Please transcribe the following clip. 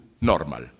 normal